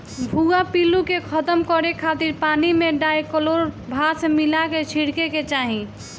भुआ पिल्लू के खतम करे खातिर पानी में डायकलोरभास मिला के छिड़के के चाही